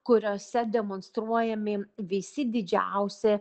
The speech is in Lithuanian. kuriose demonstruojami visi didžiausi